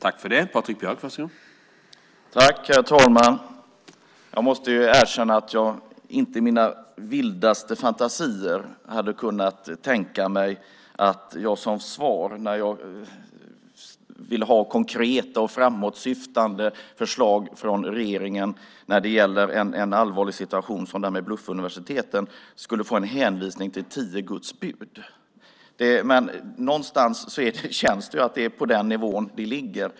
Herr talman! Jag måste erkänna att jag inte i mina vildaste fantasier hade kunnat tänka mig att jag som svar, när jag ville ha konkreta och framåtsyftande förslag när det gäller en allvarlig situation som den med bluffuniversiteten, skulle få en hänvisning till tio Guds bud. Någonstans känns det att det är på den nivån det ligger.